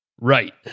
Right